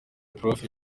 prof